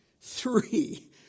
three